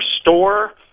store